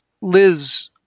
Liz